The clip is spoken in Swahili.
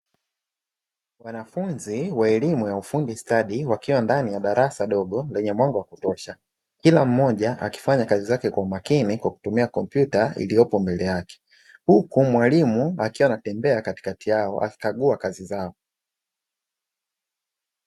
Wanafunzi wa elimu ya ufundi stadi wakiwa ndani ya darasa dogo lenye mwanga wa kutosha, kila mmoja akifanya kazi zake kwa umakini kwa kutumia kompyuta iliyopo mbele yake, huku mwalimu akiwa anatembea katikati yao akikagua kazi zao.